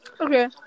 Okay